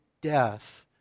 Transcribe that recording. death